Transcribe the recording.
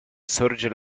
sorge